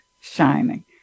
shining